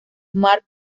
marc